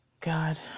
God